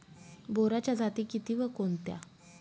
बोराच्या जाती किती व कोणत्या?